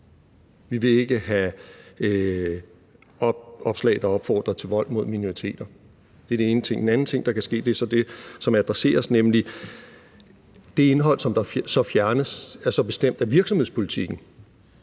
vi vil ikke have opslag, der opfordrer til vold mod minoriteter. Det er den ene ting. Den anden ting er så det, som adresseres her, nemlig at det indhold, der så fjernes, er bestemt af virksomhedspolitikken